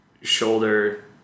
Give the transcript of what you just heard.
shoulder